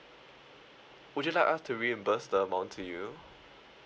would you like us to reimburse the amount to you